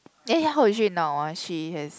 eh ya how is she now ah she has